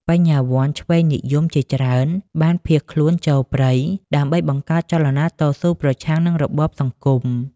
បញ្ញវន្តឆ្វេងនិយមជាច្រើនបានភៀសខ្លួនចូលព្រៃដើម្បីបង្កើតចលនាតស៊ូប្រឆាំងនឹងរបបសង្គម។